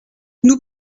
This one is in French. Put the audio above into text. nous